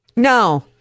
No